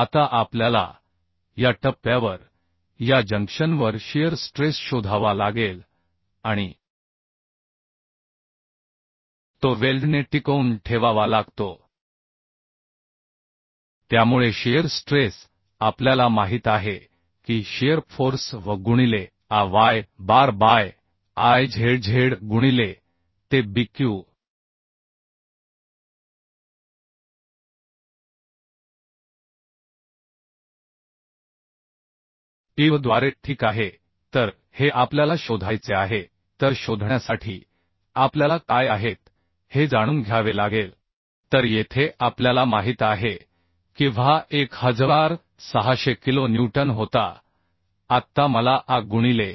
आता आपल्याला या टप्प्यावर या जंक्शनवर शिअर स्ट्रेस शोधावा लागेल आणि तो वेल्डने टिकवून ठेवावा लागतो त्यामुळे शिअर स्ट्रेस आपल्याला माहित आहे की शिअर फोर्स V गुणिले Ay बार बाय Izz गुणिले te bq IV द्वारे ठीक आहे तर हे आपल्याला शोधायचे आहे तर शोधण्यासाठी आपल्याला काय आहेत हे जाणून घ्यावे लागेल तर येथे आपल्याला माहित आहे की V हा 1600 किलो न्यूटन होता आत्ता मला A गुणिले